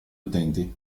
utenti